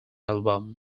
album